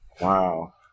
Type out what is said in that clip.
Wow